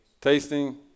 tasting